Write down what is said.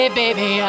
baby